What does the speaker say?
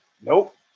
Nope